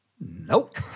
Nope